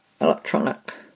electronic